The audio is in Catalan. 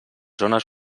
zones